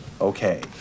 Okay